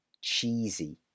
cheesy